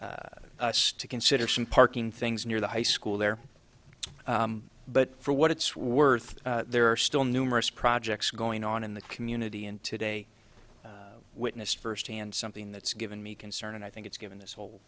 asked us to consider some parking things near the high school there but for what it's worth there are still numerous projects going on in the community and today witnessed firsthand something that's given me concern and i think it's given this whole